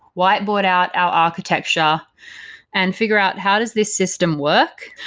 whiteboard out, our architecture and figure out how does this system work,